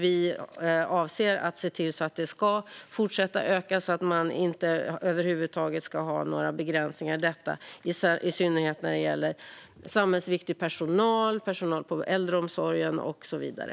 Vi avser att se till att den ska fortsätta att öka så att man över huvud taget inte ska ha några begränsningar i detta, i synnerhet när det gäller samhällsviktig personal, personal inom äldreomsorgen och så vidare.